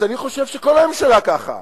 אז אני חושב שכל הממשלה ככה: